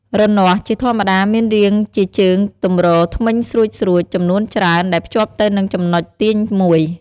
រនាស់ ជាធម្មតាមានរាងជាជើងទម្រធ្មេញស្រួចៗ ចំនួនច្រើន ដែលភ្ជាប់ទៅនឹងចំណុចទាញមួយ។